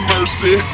Mercy